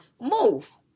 Move